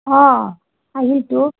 অঁ আহিলতো